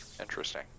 interesting